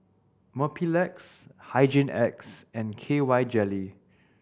Mepilex Hygin X and K Y Jelly